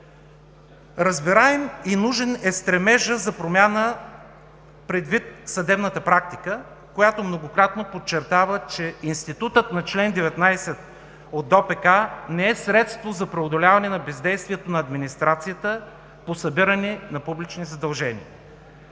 Разбираем и нужен е стремежът за промяна предвид съдебната практика, която многократно подчертава, че институтът на чл. 19 от ДОПК не е средство за преодоляване на бездействието на администрацията по събиране на публични задължения.